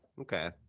Okay